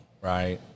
right